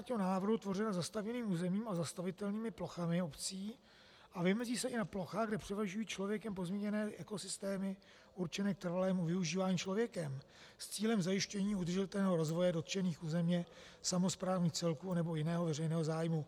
To je podle senátního návrhu tvořeno zastavěným územím a zastavitelnými plochami obcí a vymezí se i na plochách, kde převažují člověkem pozměněné ekosystémy určené k trvalému využívání člověkem s cílem zajištění udržitelného rozvoje dotčených územně samosprávných celků anebo jiného veřejného zájmu.